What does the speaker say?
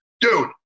Dude